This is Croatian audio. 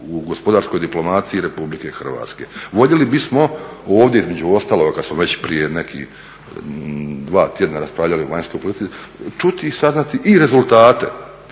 u gospodarskoj diplomaciji RH. Voljeli bismo, ovdje između ostaloga kad smo već prije nekih dva tjedna raspravljali o vanjskoj politici, čuti i saznati i rezultate